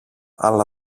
αλλά